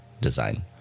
design